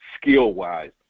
skill-wise